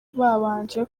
babanje